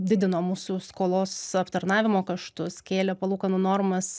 didino mūsų skolos aptarnavimo kaštus kėlė palūkanų normas